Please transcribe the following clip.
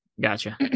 Gotcha